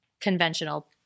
conventional